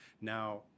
now